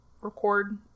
record